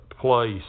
place